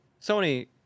Sony